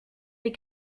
les